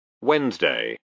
Wednesday